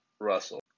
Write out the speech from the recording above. Russell